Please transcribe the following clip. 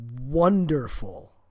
wonderful